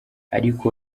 ariko